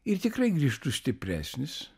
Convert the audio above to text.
ir tikrai grįžtų stipresnis